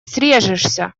срежешься